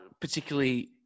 particularly